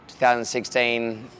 2016